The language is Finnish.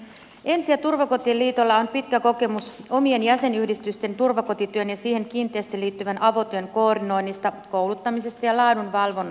ensi ja turvakotien liitolla on pitkä kokemus omien jäsenyhdistysten turvakotityön ja siihen kiinteästi liittyvän avotyön koordinoinnista kouluttamisesta ja laadun valvonnasta